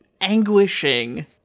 anguishing